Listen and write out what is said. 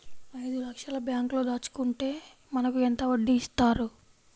ఐదు లక్షల బ్యాంక్లో దాచుకుంటే మనకు ఎంత వడ్డీ ఇస్తారు?